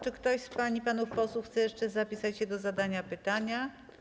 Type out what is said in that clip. Czy ktoś z pań i panów posłów chce jeszcze zapisać się do zadania pytania?